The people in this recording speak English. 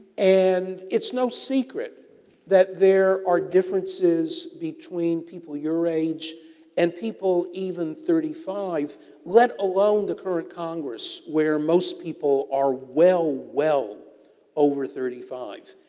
and, it's no secret that there are differences between people your age and people even thirty five let alone the current congress where most people are well, well over thirty five.